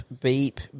beep